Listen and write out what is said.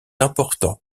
important